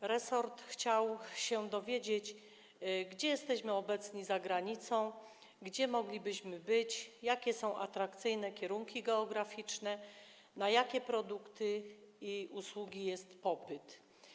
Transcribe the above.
resort chciał się dowiedzieć, gdzie jesteśmy obecni za granicą, gdzie moglibyśmy być, jakie są atrakcyjne kierunki geograficzne, na jakie produkty i usługi jest popyt.